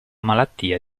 malattia